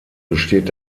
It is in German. besteht